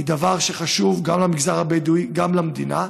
הוא דבר שחשוב גם למגזר הבדואי וגם למדינה.